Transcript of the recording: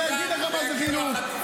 אתה תגיד מזמור לתודה כשיגיעו החטופים.